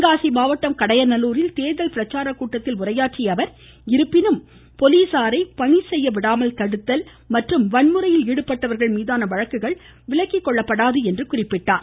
தென்காசி மாவட்டம் கடையநல்லூரில் தேர்தல் பிரச்சார கூட்டத்தில் உரையாற்றிய அவர் இருப்பினும் போலீஸாரை பணி செய்ய விடாமல் தடுத்தல் மற்றும் வன்முறையில் ஈடுபட்டவர்கள் மீதான வழக்குகள் விலக்கிகொள்ளப்படாது என்று கூறினார்